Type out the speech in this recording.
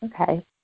Okay